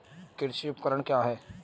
कृषि उपकरण क्या है?